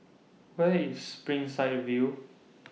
Where IS Springside View